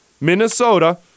Minnesota